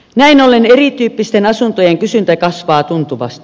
näin ollen erityyppisten asuntojen kysyntä kasvaa tuntuvasti